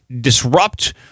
disrupt